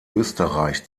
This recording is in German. österreich